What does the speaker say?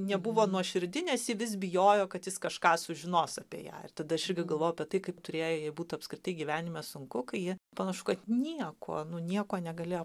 nebuvo nuoširdi nes ji vis bijojo kad jis kažką sužinos apie ją ir tada aš irgi galvojau apie tai kaip turėjo jai būt apskritai gyvenime sunku kai ji panašu kad niekuo nu niekuo negalėjo